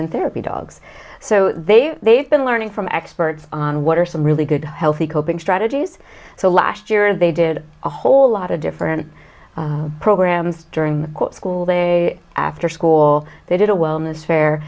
in therapy dogs so they they've been learning from experts on what are some really good healthy coping strategies so last year they did a whole lot of different programs during the course school day after school they did a wellness fair